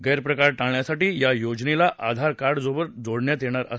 गैरप्रकार टाळण्यासाठी या योजनेला आधार कार्डाबरोबर जोडण्यात येणार आहे